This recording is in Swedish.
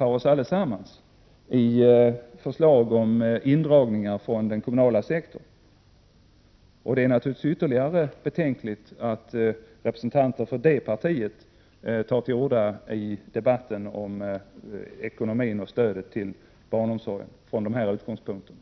oss allesammans i förslag om indragningar från den kommunala sektorn. Det är naturligtvis ytterligt betänkligt att representanter för det partiet tar till orda i debatten om ekonomin och stödet till barnomsorgen från dessa utgångspunkter.